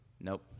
nope